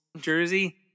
Jersey